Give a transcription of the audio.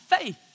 faith